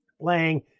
playing